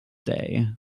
day